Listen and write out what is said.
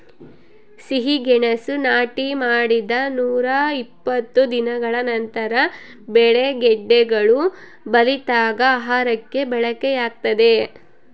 ಸಿಹಿಗೆಣಸು ನಾಟಿ ಮಾಡಿದ ನೂರಾಇಪ್ಪತ್ತು ದಿನಗಳ ನಂತರ ಬೆಳೆ ಗೆಡ್ಡೆಗಳು ಬಲಿತಾಗ ಆಹಾರಕ್ಕೆ ಬಳಕೆಯಾಗ್ತದೆ